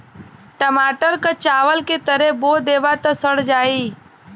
टमाटर क चावल के तरे बो देबा त सड़ जाई